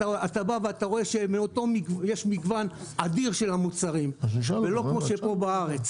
רואה שיש מגוון אדיר של המוצרים ולא כמו שפה בארץ